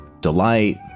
delight